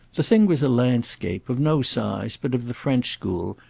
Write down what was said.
the thing was a landscape, of no size, but of the french school,